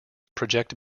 project